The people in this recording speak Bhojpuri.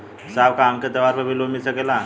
साहब का हमके त्योहार पर भी लों मिल सकेला?